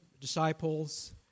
disciples